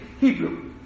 Hebrew